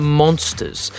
monsters